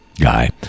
guy